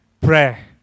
prayer